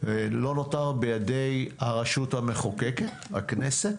ולא נותר בידי הרשות המחוקקת, הכנסת,